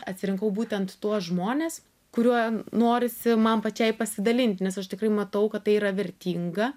atsirinkau būtent tuos žmones kuriuo norisi man pačiai pasidalint nes aš tikrai matau kad tai yra vertinga